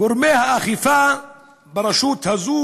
גורמי האכיפה ברשות הזאת